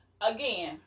Again